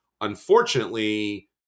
Unfortunately